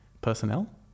personnel